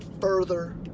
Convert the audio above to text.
further